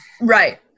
Right